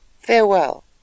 Farewell